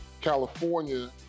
California